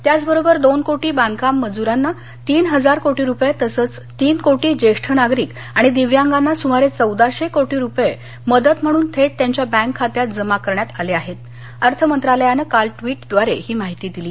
त्याच बरोबर दोन कोटी बांधकाम मजूरांना तीन हजार कोटी रुपये तसंच तीन कोटी जेष्ठ नागरिक आणि दिव्यागांना सुमारे चौदाशे कोटी रुपये मदत म्हणून थेट त्यांच्या बँक खात्यात जमा करण्यात आल्याचं अर्थ मंत्रालयानं एका ट्वीट द्वारे प्रसिद्ध केलं आहे